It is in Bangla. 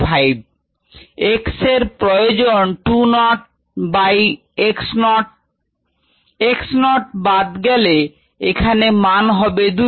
x এর প্রয়োজন 2 x naught by x naught x naught বাদ হয়ে গেলে এখানে মান হবে 2